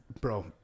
bro